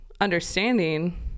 understanding